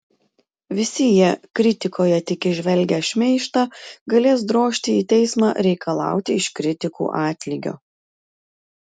visi jie kritikoje tik įžvelgę šmeižtą galės drožti į teismą reikalauti iš kritikų atlygio